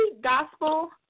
gospel